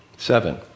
Seven